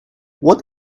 what